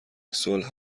صلح